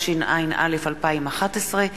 התשע"א 2011,